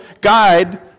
guide